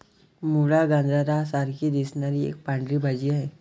मुळा, गाजरा सारखी दिसणारी एक पांढरी भाजी आहे